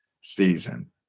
season